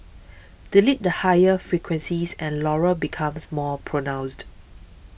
delete the higher frequencies and Laurel becomes more pronounced